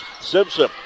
Simpson